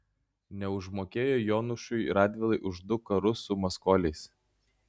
neužmokėjo jonušui radvilai už du karus su maskoliais